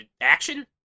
action